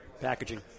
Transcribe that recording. packaging